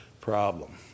problem